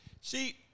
See